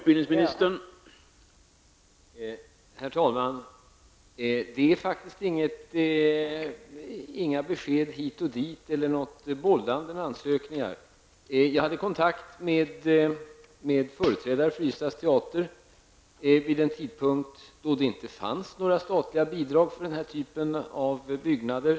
Herr talman! Det är faktiskt inte fråga om några besked hit och dit eller något bollande med ansökningar. Jag hade kontakt med företrädare för Ystads teater vid en tidpunkt då det inte fanns några statliga bidrag för den här typen av byggnader.